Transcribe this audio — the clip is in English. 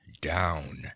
down